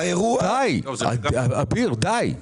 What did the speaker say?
די, אביר, די.